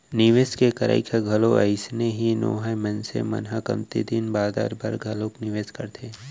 निवेस के करई ह घलोक अइसने ही नोहय मनसे मन ह कमती दिन बादर बर घलोक निवेस करथे